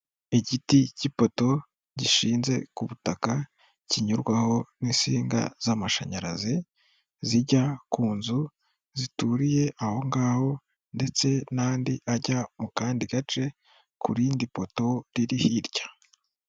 Igiti cy'ipoto gishinze ku butaka kinyurwaho n'insinga z'amashanyarazi zijya ku nzu zituriye ahongaho ndetse n'andi ajya mu kandi gace ku rindi poto riri hirya.